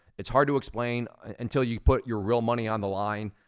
it's hard to explain, until you put your real money on the line,